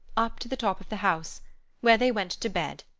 up to the top of the house where they went to bed,